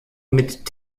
mit